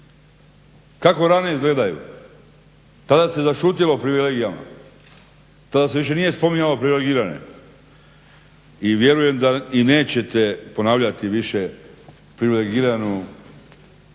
kako rane izgledaju. Tada se zašutilo privilegijama, tada se više nije spominjalo privilegirane. I vjerujem da i nećete ponavljati više privilegiranu mirovinu,